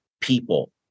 people